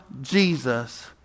Jesus